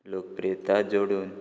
लोकप्रियता जोडून